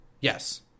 Yes